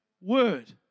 Word